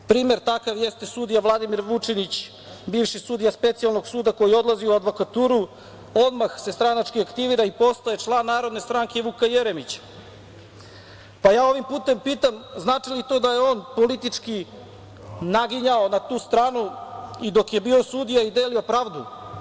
Primer takav jeste sudija Vladimir Vučinić, bivši sudija Specijalnog suda koji odlazi u advokaturu, odmah se stranački aktivira i postaje član Narodne stranke Vuka Jeremića, pa ja ovim putem pitam – znači li to da je on politički naginjao na tu stranu i dok je bio sudija i delio pravdu?